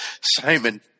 Simon